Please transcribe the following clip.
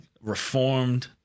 reformed